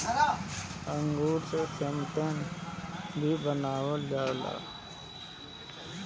अंगूर से शैम्पेन भी बनावल जाला